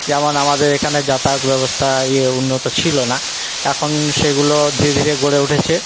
যেমন আমাদের এখানে যাতায়াত ব্যবস্থা ইয়ে উন্নত ছিল না এখন সেগুলো ধীরে ধীরে গড়ে উঠেছে